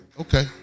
Okay